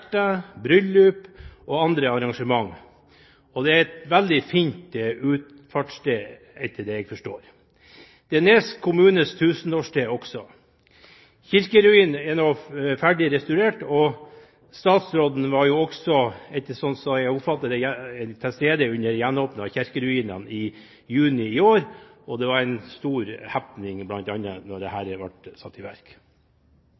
konserter, bryllup og andre arrangementer, og det er et veldig fint utfartssted, etter det jeg forstår. Det er også Nes kommunes tusenårssted. Kirkeruinene er nå ferdig restaurert, og statsråden var jo også, etter det jeg oppfatter, til stede under gjenåpningen av kirkeruinene i juni i år. Det var en stor happening da dette ble satt i verk. Så er det